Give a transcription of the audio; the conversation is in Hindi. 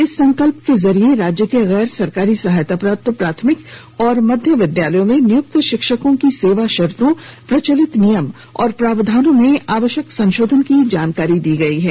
इस संकल्प के जरिये राज्य के गैर सरकारी सहायता प्राप्त प्राथमिक व मध्य विद्यालयों में नियुक्त शिक्षकों की सेवा शर्तों प्रचलित नियम और प्रावधानों में आवष्वक संशोधन की जानाकरी दी गई है